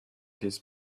his